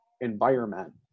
environment